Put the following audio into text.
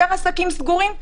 עם יותר עסקים סגורים.